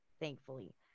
thankfully